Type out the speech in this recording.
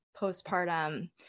postpartum